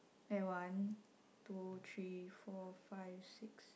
eh one two three four five six